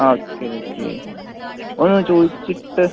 ആ okay okay ഒന്നു ചോദിച്ചിട്ട്